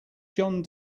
john